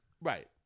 Right